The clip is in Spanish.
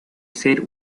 ser